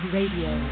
Radio